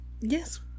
Yes